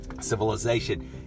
civilization